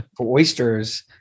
oysters